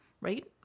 Right